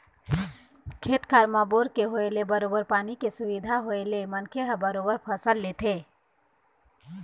खेत खार म बोर के होय ले बरोबर पानी के सुबिधा के होय ले मनखे मन ह बरोबर फसल लेथे